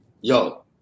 Yo